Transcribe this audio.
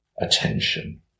Attention